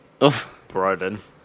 Broden